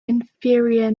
inferior